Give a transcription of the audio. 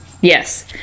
Yes